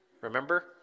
Remember